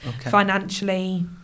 Financially